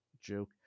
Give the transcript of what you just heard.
joke